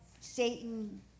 Satan